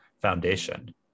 foundation